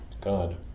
God